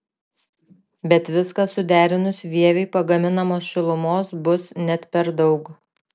bet viską suderinus vieviui pagaminamos šilumos bus net per daug